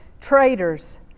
traitors